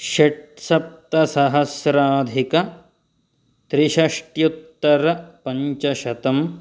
षट्सप्तसहस्राधिकत्रिषष्ट्युत्तरपञ्चशतं